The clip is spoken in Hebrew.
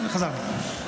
חזרנו.